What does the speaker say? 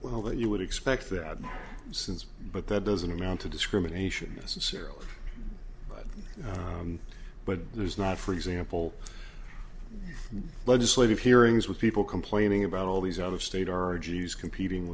well that you would expect that since but that doesn't amount to discrimination as a serial but there's not for example legislative hearings with people complaining about all these out of state origin is competing